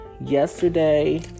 Yesterday